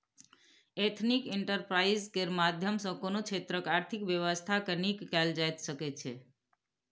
ethnic enterprise केर माध्यम सँ कोनो क्षेत्रक आर्थिक बेबस्था केँ नीक कएल जा सकै छै